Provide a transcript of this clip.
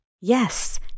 yes